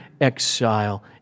exile